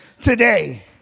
today